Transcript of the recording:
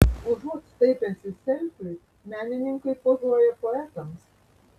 užuot staipęsi selfiui menininkai pozuoja poetams